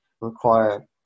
require